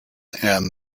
and